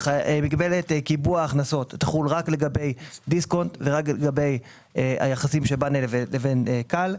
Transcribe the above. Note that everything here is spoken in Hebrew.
מגבלת קיבוע הכנסות תחול רק לגבי דיסקונט ורק לגבי היחסים שלו לבין כאל.